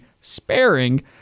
sparing